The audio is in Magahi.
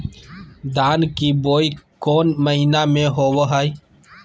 धान की बोई कौन महीना में होबो हाय?